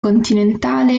continentale